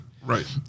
Right